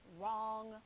Wrong